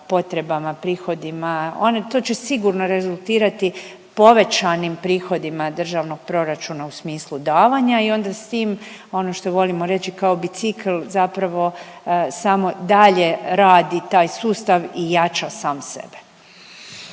potrebama, prihodima. One, to će sigurno rezultirati povećanim prihodima državnog proračuna u smislu davanja i onda s tim ono što volimo reći kao bicikl zapravo samo dalje radi taj sustav i jača sam sebe.